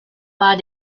war